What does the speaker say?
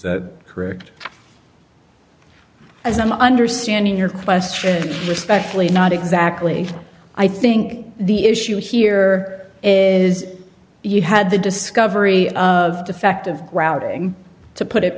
that correct as i'm understanding your question respectfully not exactly i think the issue here is you had the discovery of defective grouting to put it